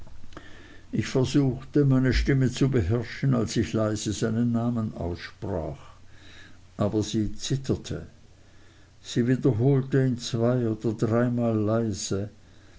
ich versuchte meine stimme zu beherrschen als ich leise seinen namen aussprach aber sie zitterte sie wiederholte ihn zwei oder dreimal leise